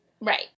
Right